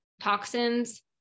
toxins